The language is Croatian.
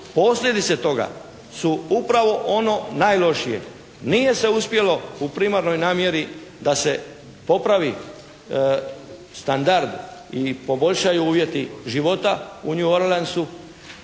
Posljedice toga su upravo ono najlošije. Nije se uspjelo u primarnoj namjeri da se popravi standard i poboljšaju uvjeti života u New Orleansu,